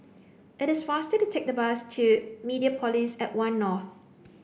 it is faster to take the bus to Mediapolis at One North